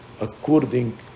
according